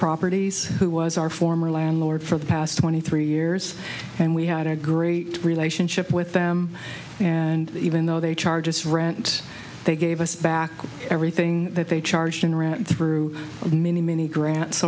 properties who was our former landlord for the past twenty three years and we had a great relationship with them and even though they charge us rent they gave us back everything that they charged through many many grants